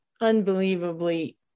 unbelievably